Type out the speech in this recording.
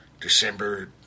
December